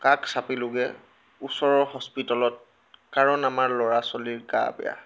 কাষ চাপিলোঁগৈ ওচৰৰ হস্পিতালত কাৰণ আমাৰ ল'ৰা ছোৱালীৰ গা বেয়া